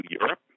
Europe